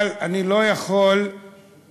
אבל אני לא יכול להתנתק